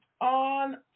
on